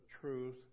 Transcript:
truth